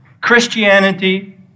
Christianity